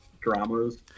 dramas